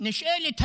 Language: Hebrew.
נשאלת השאלה,